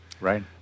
Right